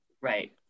Right